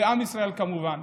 ועם ישראל כמובן.